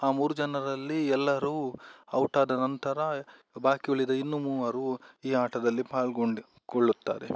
ಆ ಮೂರು ಜನರಲ್ಲಿ ಎಲ್ಲರೂ ಔಟ್ ಆದ ನಂತರ ಬಾಕಿ ಉಳಿದ ಇನ್ನು ಮೂವರು ಈ ಆಟದಲ್ಲಿ ಪಾಲ್ಗೊಂಡು ಗೊಳ್ಳುತ್ತಾರೆ